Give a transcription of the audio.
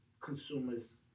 consumers